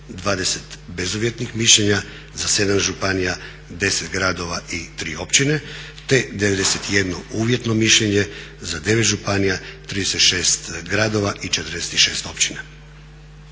20 bezuvjetnih mišljenja za 7 županija, 10 gradova i 3 općine te 91 uvjetno mišljenje za 9 županija, 36 gradova i 46 općina.